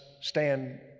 stand